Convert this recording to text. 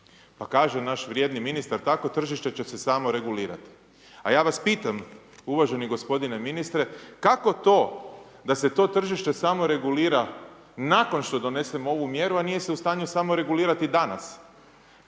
Pa kaže naš vrijedni ministar, takvo tržište će se samo regulirati. A ja vas pitam, uvaženi gospodine ministre, kako to da se to tržište samo regulira nakon što donesemo ovu mjeru, a nije se u stanju samo regulirati danas.